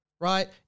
right